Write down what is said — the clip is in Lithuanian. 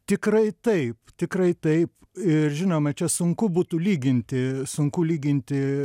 tikrai taip tikrai taip ir žinoma čia sunku būtų lyginti sunku lyginti